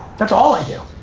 that's all i do